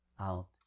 out